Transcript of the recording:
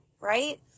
right